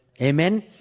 Amen